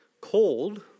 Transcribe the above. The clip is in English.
Cold